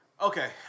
Okay